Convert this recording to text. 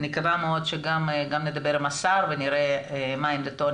אני מקווה מאוד שגם נדבר עם השר ונראה מה עמדתו,